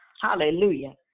Hallelujah